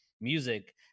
music